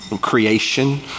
creation